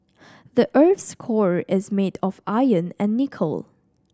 the earth's core is made of iron and nickel